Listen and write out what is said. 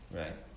right